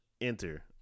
Enter